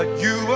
you